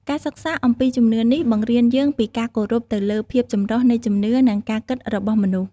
ការសិក្សាអំពីជំនឿនេះបង្រៀនយើងពីការគោរពទៅលើភាពចម្រុះនៃជំនឿ និងការគិតរបស់មនុស្ស។